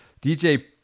DJ